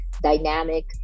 dynamic